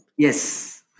Yes